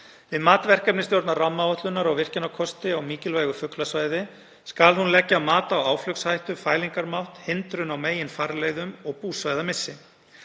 Við mat verkefnisstjórnar rammaáætlunar á virkjunarkosti á mikilvægu fuglasvæði skal hún leggja mat á áflugshættu, fælingarmátt, hindrun á meginfarleiðum og búsvæðamissi.